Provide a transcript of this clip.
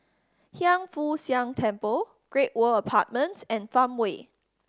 Hiang Foo Siang Temple Great World Apartments and Farmway